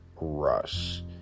rush